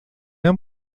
han